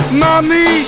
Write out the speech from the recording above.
mommy